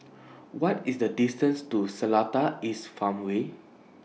What IS The distance to Seletar East Farmway